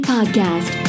Podcast